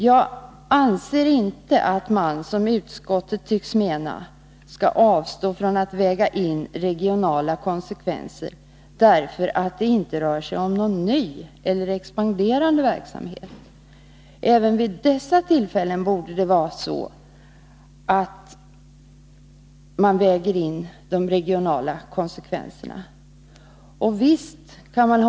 Jag anser inte att man, som utskottet tycks mena, skall avstå från att väga in regionala konsekvenser därför att det inte rör sig om någon ny eller expanderande verksamhet. Även vid dessa tillfällen borde de regionala konsekvenserna vägas in.